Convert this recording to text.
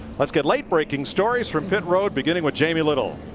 let's get late-breaking stories from pit road beginning with jamie little.